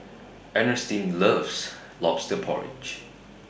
Ernestine loves Lobster Porridge